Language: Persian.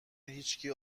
هیچکی